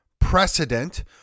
precedent